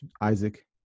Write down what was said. Isaac